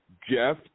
Jeff